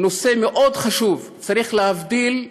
נושא מאוד חשוב: צריך להבדיל,